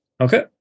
Okay